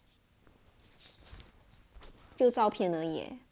旧照片而已 leh